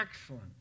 excellent